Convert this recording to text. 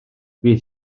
bydd